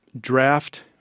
draft